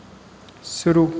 शुरू